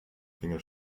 finger